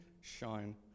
shine